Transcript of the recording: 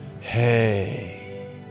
hey